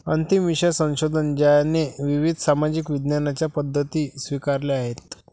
अंतिम विषय संशोधन ज्याने विविध सामाजिक विज्ञानांच्या पद्धती स्वीकारल्या आहेत